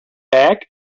back